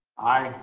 aye.